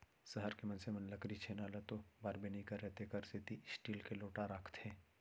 सहर के मनसे मन लकरी छेना ल तो बारबे नइ करयँ तेकर सेती स्टील के लोटा राखथें